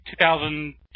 2000